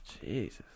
Jesus